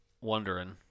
Wondering